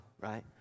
Right